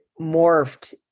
morphed